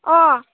अ